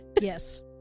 Yes